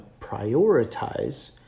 prioritize